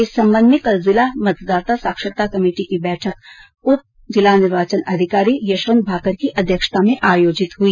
इस संबंध में कल जिला मतदाता साक्षरता कमेटी की बैठक उप जिला निर्वाचन अधिकारी यशवंत भाकर की अध्यक्षता में आयोजित हुई